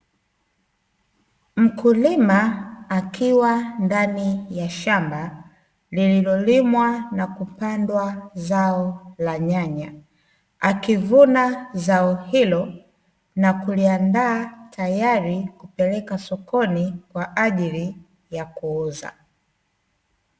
Mkulima akiwa ndani ya shamba, lililolimwa na kupandwa zao la nyanya, akivuna zao hilo, na kuliandaa tayari kupeleka sokoni kwa ajili ya kuuza.